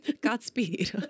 Godspeed